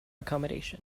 accommodation